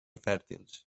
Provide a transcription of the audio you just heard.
fèrtils